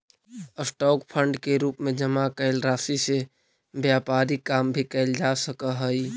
stock fund के रूप में जमा कैल राशि से व्यापारिक काम भी कैल जा सकऽ हई